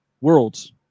worlds